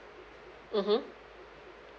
mmhmm